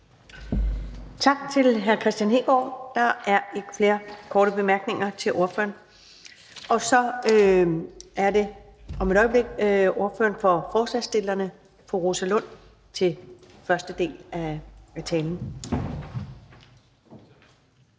Tak til hr. Kristian Hegaard. Der er ikke flere korte bemærkninger til ordføreren. Og så er det – om et øjeblik – ordføreren for forslagsstillerne, fru Rosa Lund til første del af talen,